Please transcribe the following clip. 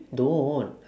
don't